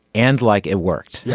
and like it worked. yeah